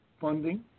funding